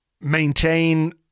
maintain